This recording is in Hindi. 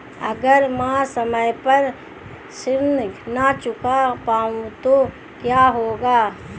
अगर म ैं समय पर ऋण न चुका पाउँ तो क्या होगा?